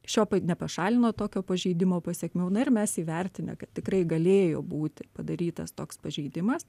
šio nepašalino tokio pažeidimo pasekmių na ir mes įvertinę kad tikrai galėjo būti padarytas toks pažeidimas